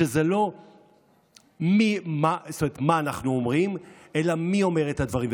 שזה לא מה אנחנו אומרים אלא מי אומר את הדברים.